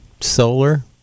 Solar